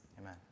Amen